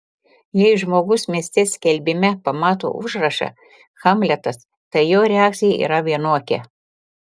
jei žmogus mieste skelbime pamato užrašą hamletas tai jo reakcija yra vienokia